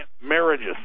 marriages